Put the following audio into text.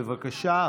בבקשה,